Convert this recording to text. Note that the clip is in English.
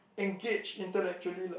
engage intellectually lah